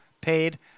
paid